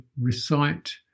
recite